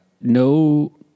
No